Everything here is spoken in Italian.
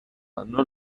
anno